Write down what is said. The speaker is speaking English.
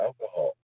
alcohol